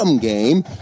game